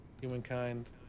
Humankind